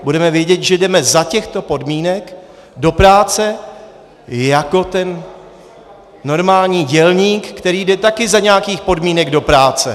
Budeme vědět, že jdeme za těchto podmínek do práce jako ten normální dělník, který jde taky za nějakých podmínek do práce.